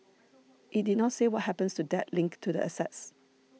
it did not say what happens to debt linked to the assets